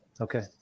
okay